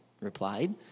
replied